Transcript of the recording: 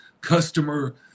customer